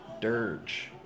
dirge